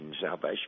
Salvation